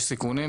יש סיכונים,